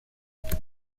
prose